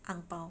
ang bao